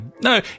no